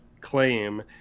claim